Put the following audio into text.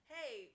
hey